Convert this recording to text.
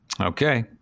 Okay